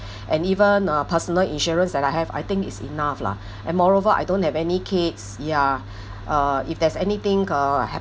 and even uh personal insurance that I have I think is enough lah and moreover I don't have any kids ya uh if there's anything uh